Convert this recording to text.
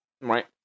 Right